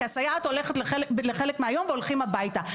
כי הסייעת הולכת לחלק מהיום והולכים הביתה.